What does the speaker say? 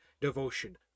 devotion